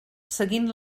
seguint